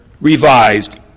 revised